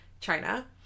China